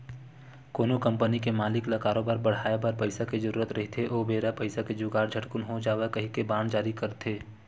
कोनो कंपनी के मालिक ल करोबार बड़हाय बर पइसा के जरुरत रहिथे ओ बेरा पइसा के जुगाड़ झटकून हो जावय कहिके बांड जारी करथे